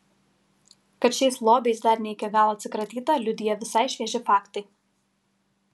kad šiais lobiais dar ne iki galo atsikratyta liudija visai švieži faktai